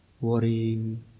worrying